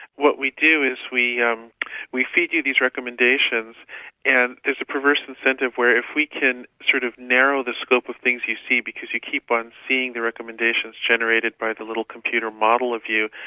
what we do is we um we feed you these recommendations and there's a perverse incentive where if we can sort of narrow the scope of things you see, because you keep on seeing the recommendations generated by the little computer model of you,